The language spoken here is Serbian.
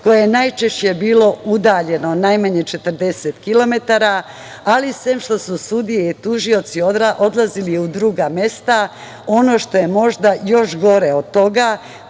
koje je najčešće bilo udaljeno najmanje 40 kilometara. Ali, sem što su sudije i tužioci odlazili u druga mesta, ono što je možda još gore od toga,